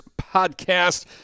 Podcast